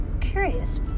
curious